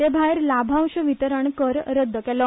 तेभायर लाभांश वितरण कर रद्द केलो